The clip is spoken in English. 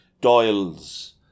Doyle's